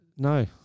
No